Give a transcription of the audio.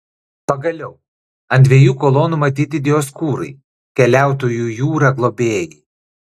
pagaliau ant dviejų kolonų matyti dioskūrai keliautojų jūra globėjai